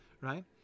right